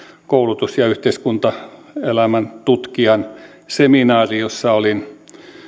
koulutus ja yhteiskuntaelämän tutkijan seminaari jossa olin